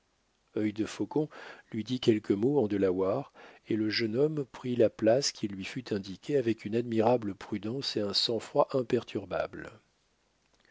rampant œil de faucon lui dit quelques mots en delaware et le jeune homme prit la place qui lui fut indiquée avec une admirable prudence et un sang-froid imperturbable